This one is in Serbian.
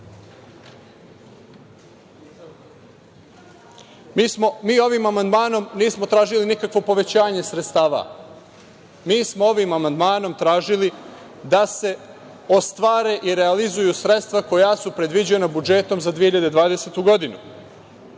ovim amandmanom nismo tražili nikakvo povećanje sredstava. Mi smo ovim amandmanom tražili da se ostvare i realizuju sredstva koja su predviđena budžetom za 2020. godinu.